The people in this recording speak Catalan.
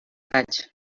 vaig